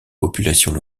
populations